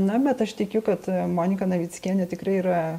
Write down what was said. na bet aš tikiu kad monika navickienė tikrai yra